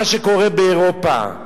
מה שקורה באירופה,